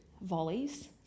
volleys